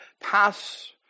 pass